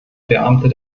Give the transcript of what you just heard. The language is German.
beamten